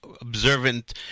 observant